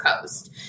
coast